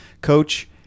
coach